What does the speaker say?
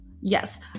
Yes